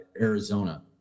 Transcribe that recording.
Arizona